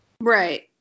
Right